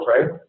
right